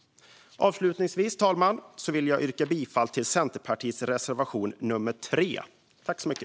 Avslutningsvis, fru talman, vill jag yrka bifall till Centerpartiets reservation nummer 3.